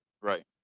Right